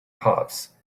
puffs